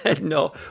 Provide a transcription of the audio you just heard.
No